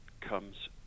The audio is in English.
comes